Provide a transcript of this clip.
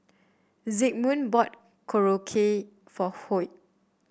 Zigmund bought Korokke for Hoyt